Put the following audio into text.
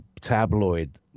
tabloid